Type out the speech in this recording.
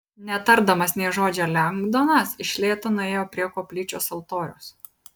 netardamas nė žodžio lengdonas iš lėto nuėjo prie koplyčios altoriaus